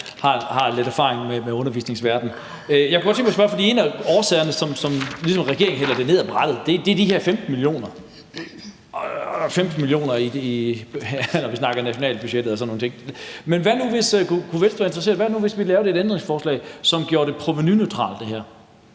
Hvad nu, hvis vi lavede et ændringsforslag, som gjorde det her provenuneutralt?